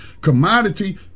commodity